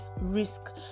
risk